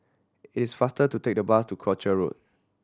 it is faster to take the bus to Croucher Road